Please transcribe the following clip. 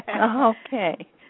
Okay